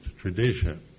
tradition